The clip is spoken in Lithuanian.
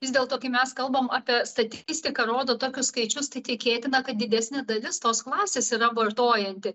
vis dėlto kai mes kalbam apie statistiką rodo tokius skaičius tai tikėtina kad didesnė dalis tos klasės yra vartojanti